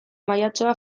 mahaitxoa